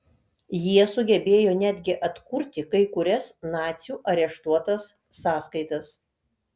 jie sugebėjo netgi atkurti kai kurias nacių areštuotas sąskaitas